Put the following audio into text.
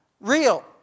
real